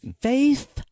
Faith